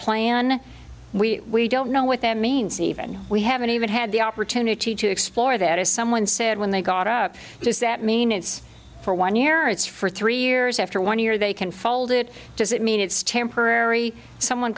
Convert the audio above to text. plan we don't know what that means even we haven't even had the opportunity to explore that as someone said when they got up does that mean it's for one year or it's for three years after one year they can fold it does it mean it's temporary someone